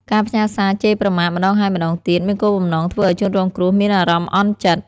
ការផ្ញើសារជេរប្រមាថម្តងហើយម្តងទៀត មានគោលបំណងធ្វើឲ្យជនរងគ្រោះមានអារម្មណ៍អន់ចិត្ត។